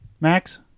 Max